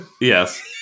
Yes